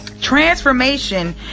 Transformation